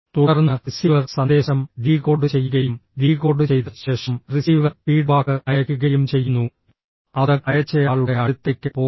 തുടർന്ന് റിസീവർ സന്ദേശം ഡീകോഡ് ചെയ്യുകയും ഡീകോഡ് ചെയ്ത ശേഷം റിസീവർ ഫീഡ്ബാക്ക് അയക്കുകയും ചെയ്യുന്നു അത് അയച്ചയാളുടെ അടുത്തേക്ക് പോകുന്നു